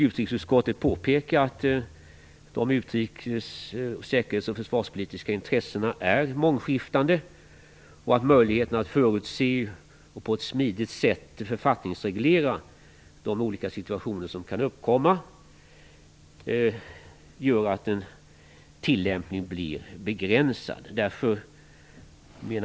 Utrikesutskottet påpekar att de utrikes-, säkerhets och försvarspolitiska intressena är mångskiftande, och att möjligheterna att förutse och på ett smidigt sätt författningsreglera de olika situationer som kan uppkomma gör att tillämpningen blir begränsad.